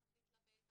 הוא צריך להתלבט,